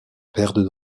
perdent